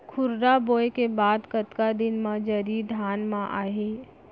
खुर्रा बोए के बाद कतका दिन म जरी धान म आही?